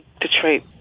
Detroit